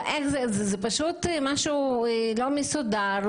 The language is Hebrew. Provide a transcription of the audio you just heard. זה פשוט משהו לא מסודר,